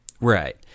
Right